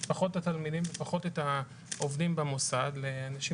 את התלמידים ופחות את העובדים במוסד לאנשים